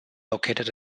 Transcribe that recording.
located